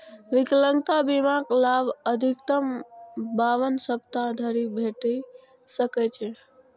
विकलांगता बीमाक लाभ अधिकतम बावन सप्ताह धरि भेटि सकै छै